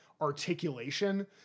articulation